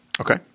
Okay